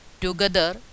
together